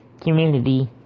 community